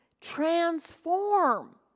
transform